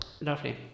Lovely